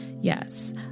Yes